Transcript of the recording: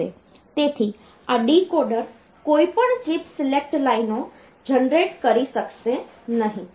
તેથી આ ડીકોડર કોઈપણ ચિપ સિલેક્ટ લાઈનો જનરેટ કરી શકશે નહીં